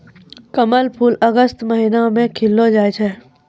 कमल फूल अगस्त महीना मे खिललो जाय छै